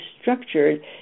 structured